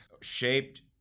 shaped